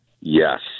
Yes